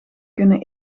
kunnen